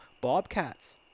Bobcats